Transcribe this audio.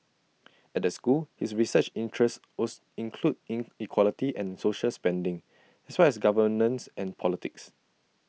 at the school his research interests was include inequality and social spending as well as governance and politics